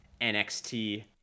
nxt